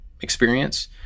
experience